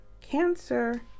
Cancer